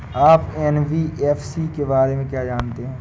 आप एन.बी.एफ.सी के बारे में क्या जानते हैं?